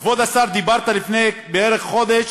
וכבוד השר, אמרת לפני בערך חודש